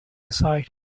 aside